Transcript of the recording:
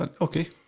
Okay